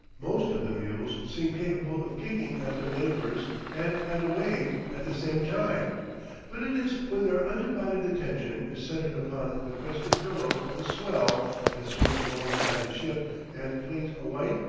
most of the mules seem capable of kicking at their neighbors and at a wave at the same time but it is when their undivided attention is centred upon the crested billow of a swell that sweeps alongside the ship and flings a white,